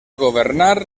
governar